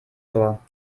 vor